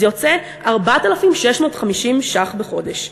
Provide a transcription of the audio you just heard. זה יוצא 4,650 ש"ח בחודש,